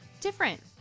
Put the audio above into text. different